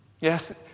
Yes